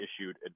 issued